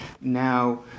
now